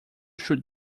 should